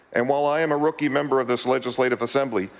and while i am a rookie member of this legislative assembly,